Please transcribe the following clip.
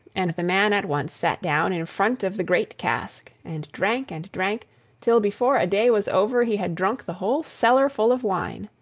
and the man at once sat down in front of the great cask, and drank and drank till before a day was over he had drunk the whole cellarful of wine.